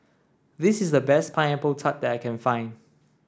this is the best pineapple tart that I can find